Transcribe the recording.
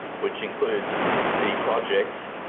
which includes city projects,